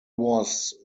was